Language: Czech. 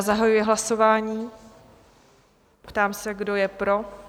Zahajuji hlasování, ptám se, kdo je pro?